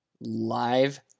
live